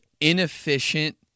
inefficient